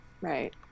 Right